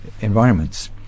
environments